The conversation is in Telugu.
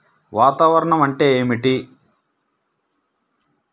వాతావరణం అంటే ఏమిటి?